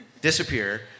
disappear